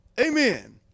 amen